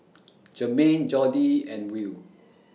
Jermain Jordi and Will